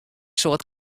soad